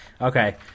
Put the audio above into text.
Okay